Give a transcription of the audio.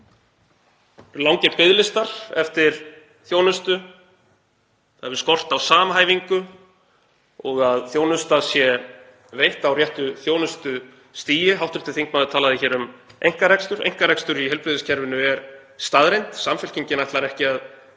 Það eru langir biðlistar eftir þjónustu, það hefur skort á samhæfingu og að þjónusta sé veitt á réttu þjónustustigi. Hv. þingmaður talaði hér um einkarekstur. Einkarekstur í heilbrigðiskerfinu er staðreynd. Samfylkingin ætlar ekki að